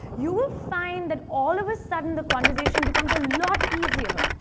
you will find that all of a sudden the conversation becomes a lot easier.